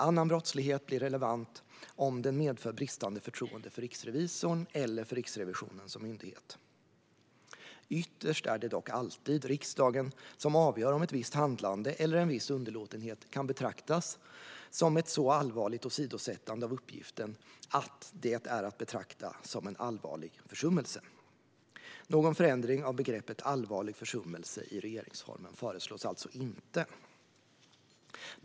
Annan brottslighet blir relevant om den medför bristande förtroende för riksrevisorn eller för Riksrevisionen som myndighet. Ytterst är det dock alltid riksdagen som avgör om ett visst handlande eller en viss underlåtenhet kan betraktas som ett så allvarligt åsidosättande av uppgiften att det är att betrakta som en allvarlig försummelse. Någon förändring i regeringsformen av begreppet "allvarlig försummelse" föreslås alltså inte.